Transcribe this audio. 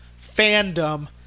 fandom